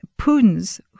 Putin's